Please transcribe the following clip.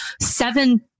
Seven